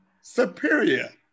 superior